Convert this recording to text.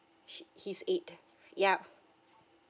she he's eight yup